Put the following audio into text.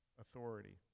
authority